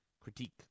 Critique